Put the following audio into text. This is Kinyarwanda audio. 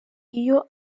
iyo